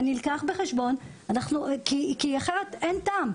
זה נלקח בחשבון כי אחרת אין טעם.